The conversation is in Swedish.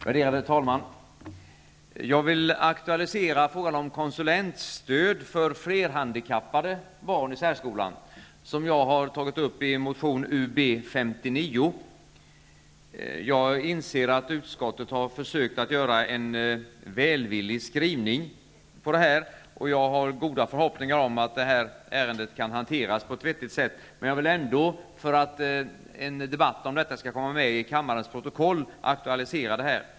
Värderade talman! Jag vill aktualisera frågan om konsulentstöd för flerhandikappade barn i särskolan, något som jag har tagit upp i motion Jag inser att utskottet har försökt att göra en välvillig skrivning, och jag har goda förhoppningar om att det här ärendet kan hanteras på ett vettigt sätt. Men för att en debatt om detta skall komma med i kammarens protokoll vill jag ändå aktualisera frågan.